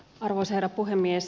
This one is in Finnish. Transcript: arvoisa herra puhemies